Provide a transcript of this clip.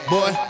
Boy